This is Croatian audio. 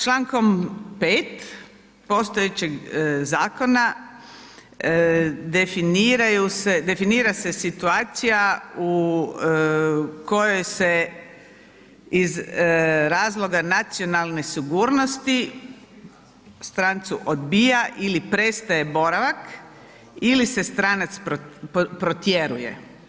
U, člankom 5. postojećeg Zakona definiraju se, definira se situacija u kojoj se iz razloga nacionalne sigurnosti strancu odbija ili prestaje boravak, ili se stranac protjeruje.